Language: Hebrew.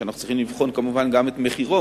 שאנחנו צריכים כמובן גם את מחירו,